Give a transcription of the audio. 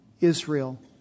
Israel